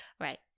Right